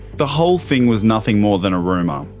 the whole thing was nothing more than a rumour, um